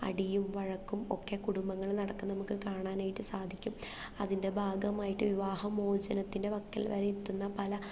അടിയും വഴക്കും ഒക്കെ കുടുംബങ്ങളിൽ നടക്കുന്നത് നമുക്ക് കാണാനായിട്ട് സാധിക്കും അതിൻ്റെ ഭാഗമായിട്ട് വിവാഹമോചനത്തിൻ്റെ വക്കിൽ വരെ എത്തുന്ന പല